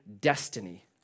destiny